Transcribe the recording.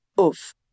Oof